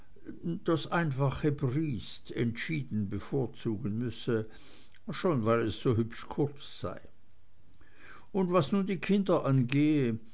das einfache briest entschieden bevorzugen müsse schon weil es so hübsch kurz sei und was nun die kinder angehe